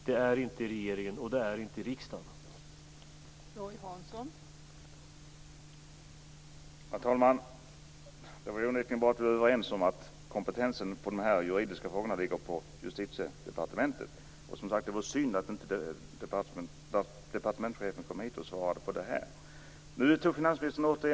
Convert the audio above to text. Det är inte regeringen och riksdagen som skall göra det.